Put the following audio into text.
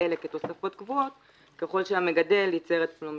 אלה כתוספות קבועות אם המגדל ייצר את מלוא מכסתו.